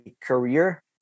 career